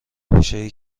بیشهای